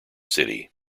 city